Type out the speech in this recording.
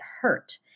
hurt